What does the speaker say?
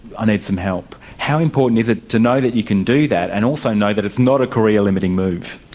need some help. how important is it to know that you can do that and also know that it's not a career-limiting move?